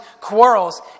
quarrels